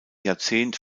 jahrzehnt